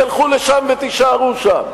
תלכו לשם ותישארו שם.